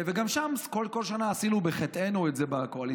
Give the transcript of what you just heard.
גם שם כל שנה עשינו בחטאנו בקואליציוני.